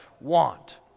want